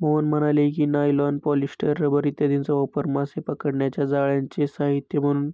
मोहन म्हणाले की, nylon, polyester, rubber इत्यादींचा वापर मासे पकडण्याच्या जाळ्यांचे साहित्य म्हणून